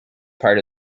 part